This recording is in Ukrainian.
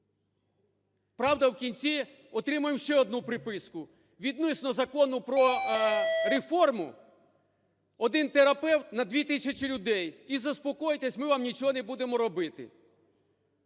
Правда, в кінці отримуємо ще одну приписку: "Відносно до Закону про реформу один терапевт на 2 тисячі людей, і заспокойтесь, ми вам нічого не будемо робити".